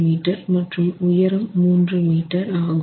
3m மற்றும் உயரம் 3 m ஆகும்